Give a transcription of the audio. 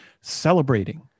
celebrating